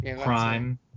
crime